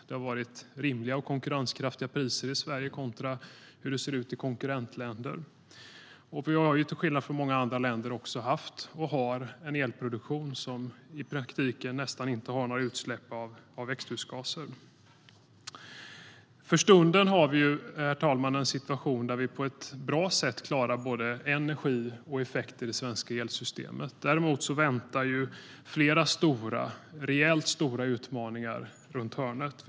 Det har varit rimliga och konkurrenskraftiga priser i Sverige jämfört med hur det ser ut i konkurrentländer. Till skillnad från många andra länder har vi haft och har en elproduktion som i praktiken nästan inte har några utsläpp av växthusgaser. För stunden har vi en situation där vi på ett bra sätt klarar både energi och effekter i det svenska elsystemet. Däremot väntar flera rejält stora utmaningar runt hörnet.